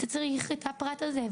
אתה צריך את הפרט הזה,